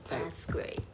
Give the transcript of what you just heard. that's great